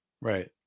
Right